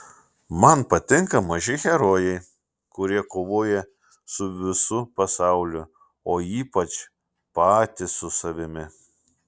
man patinka maži herojai kurie kovoja su visu pasauliu o ypač patys su savimi